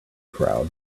crowd